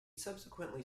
subsequently